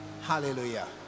hallelujah